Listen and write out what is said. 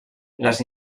les